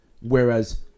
whereas